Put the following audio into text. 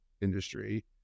industry